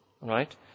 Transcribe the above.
Right